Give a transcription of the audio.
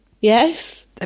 yes